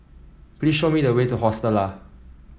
please show me the way to Hostel Lah